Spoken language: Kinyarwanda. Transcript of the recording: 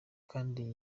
kandi